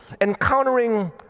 encountering